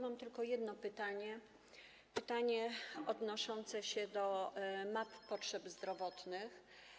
Mam tylko jedno pytanie, pytanie odnoszące się do map potrzeb zdrowotnych.